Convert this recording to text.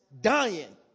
dying